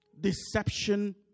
deception